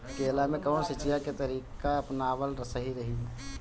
केला में कवन सिचीया के तरिका अपनावल सही रही?